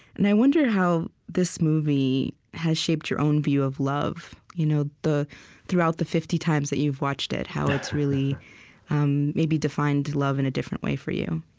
and i wonder how this movie has shaped your own view of love you know throughout the fifty times that you've watched it, how it's really um maybe defined love in a different way for you